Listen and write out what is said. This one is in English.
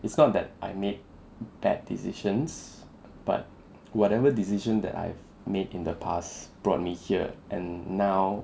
it's not that I made bad decisions but whatever decision that I've made in the past brought me here and now